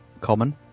common